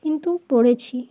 কিন্তু পড়েছি